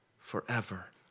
forever